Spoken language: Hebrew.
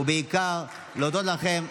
ובעיקר להודות לכם,